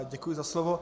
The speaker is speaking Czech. Děkuji za slovo.